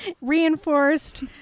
reinforced